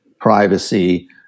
privacy